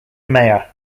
meyer